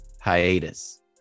hiatus